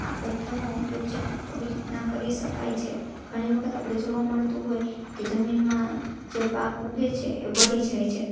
આ બધાનો ઉપયોગ છે આવી રીતના કરી શકાય છે ઘણી વખત આપણને જોવા મળતું હોય કે જમીનમાં જે પાક ઉગે છે એ બળી જાય છે આ